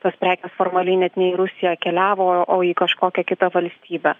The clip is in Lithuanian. tos prekės formaliai net ne į rusiją keliavo o o į kažkokią kitą valstybę